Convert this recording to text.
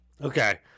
Okay